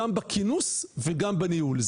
גם בכינוס וגם בניהול.